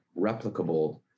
replicable